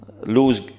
lose